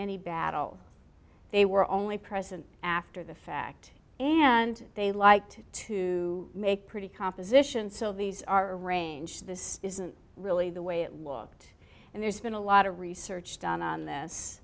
any battle they were only present after the fact and they liked to make pretty composition so these are arranged this isn't really the way it looked and there's been a lot of research done on this